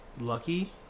lucky